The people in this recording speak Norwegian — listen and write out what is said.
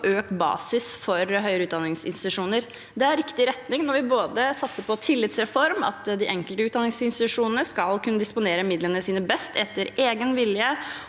på økt basis for høyere utdanningsinstitusjoner. Det er riktig retning når vi satser på tillitsreform, at de enkelte utdanningsinstitusjonene skal kunne disponere midlene sine best etter egen vilje